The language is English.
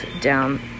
down